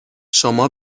شما